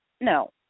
No